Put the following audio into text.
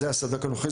זה הסד"כ הלוחי,